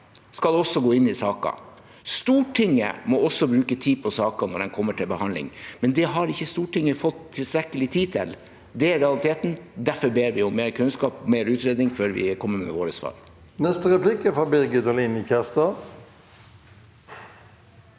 skal også gå inn i saker. Stortinget må også bruke tid på saker når de kommer til behandling, men det har ikke Stortinget fått tilstrekkelig tid til. Det er realiteten, og derfor ber vi om mer kunnskap, mer utredning, før vi kommer med våre svar. Birgit Oline Kjerstad